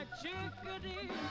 chickadee